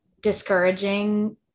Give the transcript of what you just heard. discouraging